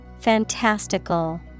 fantastical